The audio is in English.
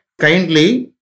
kindly